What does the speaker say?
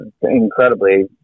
incredibly